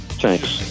thanks